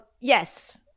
yes